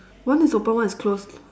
one is open one is closed